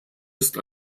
ist